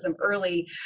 early